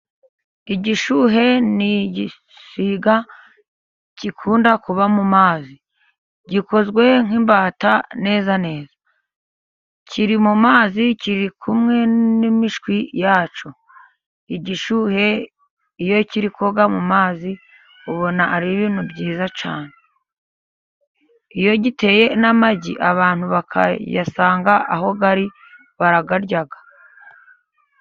Igishuhe ni igisiga gikunda kuba mu mazi. Gikozwe nk'imbata neza neza. Kiri mu mazi, kiri kumwe n'imishwi yacyo. Igishuhe iyo kiri koga mu mazi ubona ari ibintu byiza cyane . Iyo giteye n'amagi abantu bakayasanga aho ari barayarya.